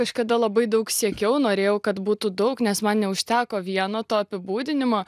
kažkada labai daug siekiau norėjau kad būtų daug nes man neužteko vieno to apibūdinimo